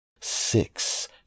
six